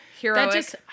heroic